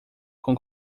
com